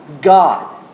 God